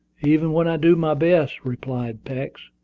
even when i do my best, replied peeks,